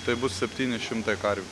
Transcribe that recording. tai bus septyni šimtai karvių